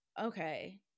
okay